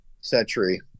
Century